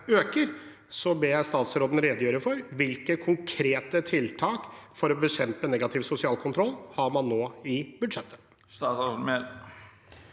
øker, ber jeg statsråden redegjøre for hvilke konkrete tiltak for å bekjempe negativ sosial kontroll man nå har i budsjettet.